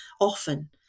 often